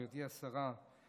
גברתי השרה,